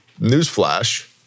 newsflash